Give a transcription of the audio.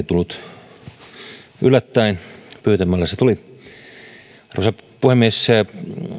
tullut yllättäen pyytämällä se tuli arvoisa puhemies